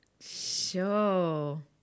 Sure